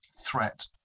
threat